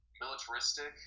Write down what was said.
militaristic